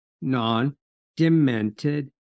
non-demented